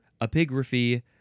epigraphy